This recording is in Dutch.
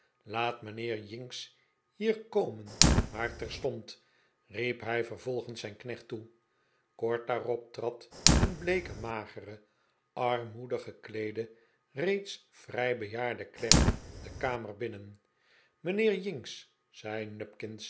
laat mijnheer jinks hier komen maar terstondl riep hij vervolgens zijn knecht toe kort daarop trad een bleeke magere armoedig gekleede reeds vrij bejaarde klerk de kamer binnen mijnheer jinks zei